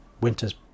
Winter's